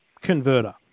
converter